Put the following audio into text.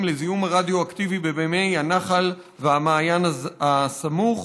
לזיהום הרדיואקטיבי במימי הנחל והמעיין הסמוך